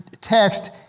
text